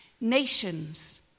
nations